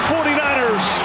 49ers